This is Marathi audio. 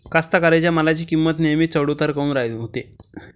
कास्तकाराइच्या मालाची किंमत नेहमी चढ उतार काऊन होते?